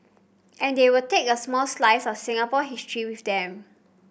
and they will take a small slice of Singapore history with them